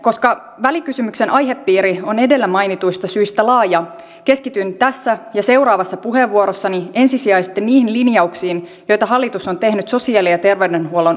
koska välikysymyksen aihepiiri on edellä mainituista syistä laaja keskityn tässä ja seuraavassa puheenvuorossani ensisijaisesti niihin linjauksiin joita hallitus on tehnyt sosiaali ja terveydenhuollon uudistamiseksi